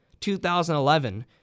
2011